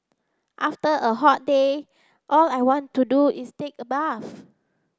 after a hot day all I want to do is take a bath